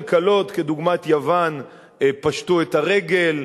כלכלות דוגמת יוון פשטו את הרגל,